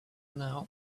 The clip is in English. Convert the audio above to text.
now